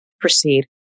proceed